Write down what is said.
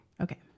Okay